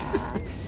!wah!